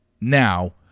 Now